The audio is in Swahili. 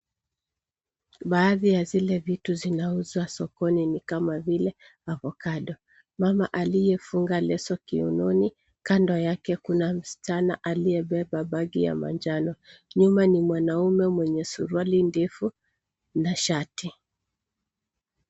Baadhi ya zile vitu zinauzwa sokoni ni kama vile avokado. Mama aliyefunga leso kiunoni, kando yake kuna msichana aliyebeba bagi ya manjano. Nyuma ni mwanaume mwenye suruali ndefu na shati.